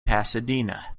pasadena